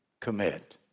commit